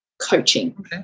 coaching